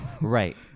right